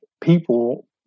People